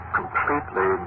completely